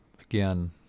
again